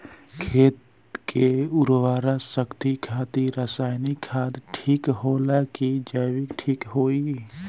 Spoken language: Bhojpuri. खेत के उरवरा शक्ति खातिर रसायानिक खाद ठीक होला कि जैविक़ ठीक होई?